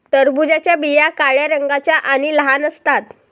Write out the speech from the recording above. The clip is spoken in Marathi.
टरबूजाच्या बिया काळ्या रंगाच्या आणि लहान असतात